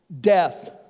death